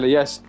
Yes